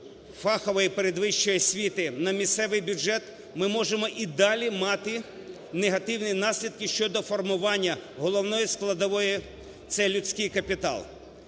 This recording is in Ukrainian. передфахової, передвищої освіти на місцевий бюджет, ми можемо і далі мати негативні наслідки щодо формування головної складової – це людський капітал.